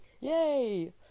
Yay